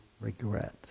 regret